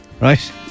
Right